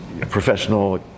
professional